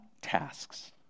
tasks